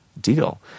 deal